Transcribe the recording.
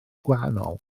gwahanol